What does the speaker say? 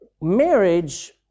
marriage